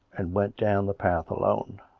and went down the path alone.